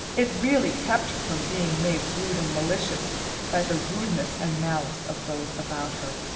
it really kept her from being made rude and malicious by the rudeness and malice of those about her.